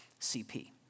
CP